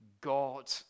God